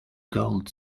gold